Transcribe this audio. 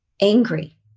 angry